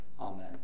Amen